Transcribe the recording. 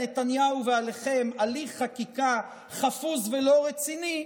נתניהו ועליכם הליך חקיקה חפוז ולא רציני,